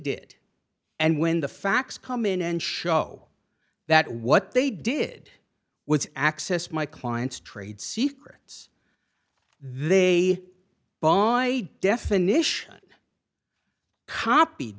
did and when the facts come in and show that what they did was access my client's trade secrets they borrow my definition copied